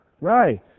Right